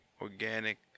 organic